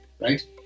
right